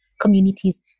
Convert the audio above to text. communities